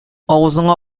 авызыңа